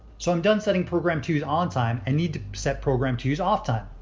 so i'm done setting program two's on time and need to set program two's off time.